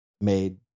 made